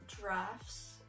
drafts